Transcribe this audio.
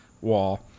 wall